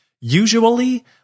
Usually